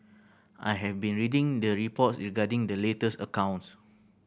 I have been reading the reports regarding the latest accounts